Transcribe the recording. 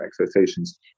expectations